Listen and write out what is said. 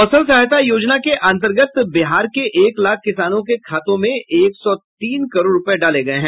फसल सहायता योजना के अंतर्गत बिहार के एक लाख किसानों के खाते में एक सौ तीन करोड़ रूपये डाले गये हैं